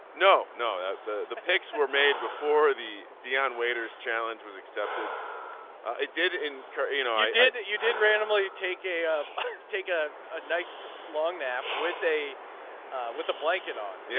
no no the the pics were made before the dion waiters challenge was accepted it did and you know i did. you did randomly take a um ah take a a nice long nap with a with a blanket on you.